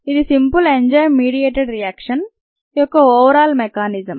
ఇది simple enzyme mediated reaction యొక్క overall mechanism